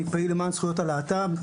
אני פעיל למען זכויות הלהט"ב,